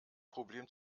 problem